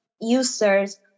users